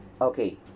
okay